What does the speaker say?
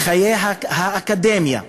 בחיי האקדמיה.